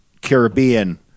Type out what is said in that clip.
Caribbean